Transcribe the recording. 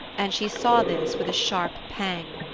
and she saw this with a sharp pang.